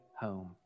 home